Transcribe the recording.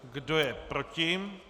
Kdo je proti?